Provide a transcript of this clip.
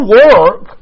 work